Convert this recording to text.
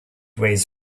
weighs